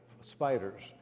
spiders